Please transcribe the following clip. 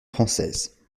française